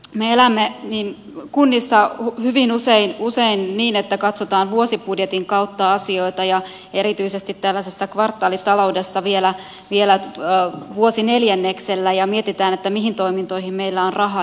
me elämme kunnissa hyvin usein niin että katsotaan vuosibudjetin kautta asioita ja erityisesti tällaisessa kvartaalitaloudessa vielä vuosineljänneksellä ja mietitään mihin toimintoihin meillä on rahaa ja mihin ei